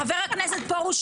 חבר הכנסת פרוש,